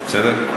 בסדר?